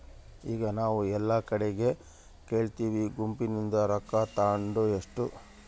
ಈಗ ನಾವು ಎಲ್ಲಾ ಕಡಿಗೆ ಕೇಳ್ತಿವಿ ಗುಂಪಿನಿಂದ ರೊಕ್ಕ ತಾಂಡು ಎಷ್ಟೊ ಸಿನಿಮಾಗಳು ಮಂದಿ ಗುಂಪಿನಿಂದ ರೊಕ್ಕದಸಹಾಯ ತಗೊಂಡು ತಯಾರಾತವ